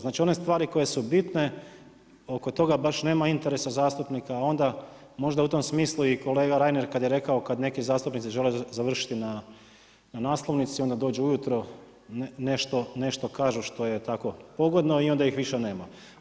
Znači one stvari koje su bitne, oko toga baš nema interesa zastupnika, a onda možda u tom smislu i kolega Rainer, kada je rekao kada neki zastupnici žele završiti na naslovnici, onda dođu ujutro, nešto kažu što je tako pogodno i onda ih više nema.